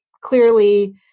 clearly